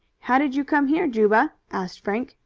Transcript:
how did you come here, juba? asked frank.